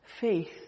Faith